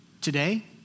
Today